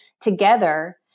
together